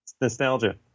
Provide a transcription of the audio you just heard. nostalgia